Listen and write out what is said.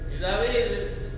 David